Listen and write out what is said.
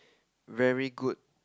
very good